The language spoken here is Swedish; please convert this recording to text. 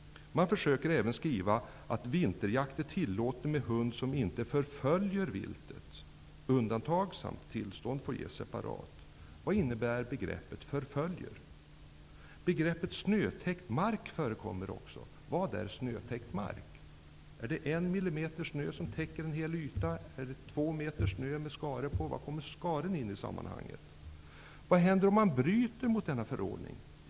Man försöker även med att vinterjakt är tillåten med en hund som inte förföljer viltet. Undantag samt tillstånd får ges separat. Vad innebär begreppet ''förföljer''? Begreppet ''snötäckt mark'' förekommer också. Vad är snötäckt mark? Är det en millimeter snö som täcker en hel yta eller två meter snö med skare på? Var kommer skaren in i sammanhanget? Vad händer om man bryter mot denna förordning?